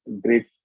great